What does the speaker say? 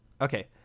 okay